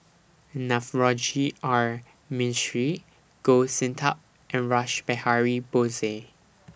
Navroji R Mistri Goh Sin Tub and Rash Behari Bose